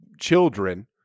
children